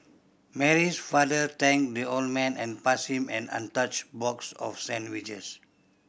Mary's father thanked the old man and passed him an untouched box of sandwiches